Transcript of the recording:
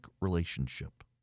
relationship